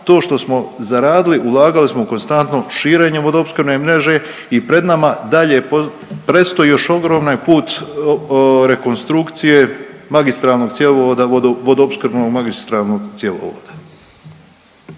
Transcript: to što smo zaradili ulagali smo konstantno u širenje vodoopskrbne mreže i pred nama dalje predstoji još ogroman put rekonstrukcije magistralnog cjevovoda,